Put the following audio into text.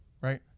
right